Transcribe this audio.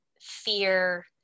fear